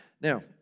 Now